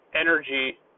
energy